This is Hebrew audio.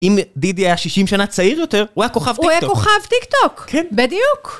אם דידי היה 60 שנה צעיר יותר, הוא היה כוכב טיקטוק. הוא היה כוכב טיקטוק. כן. בדיוק.